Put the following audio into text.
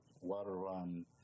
water-run